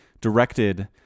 directed